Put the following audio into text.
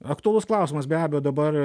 aktualus klausimas be abejo dabar